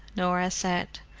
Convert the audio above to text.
norah said,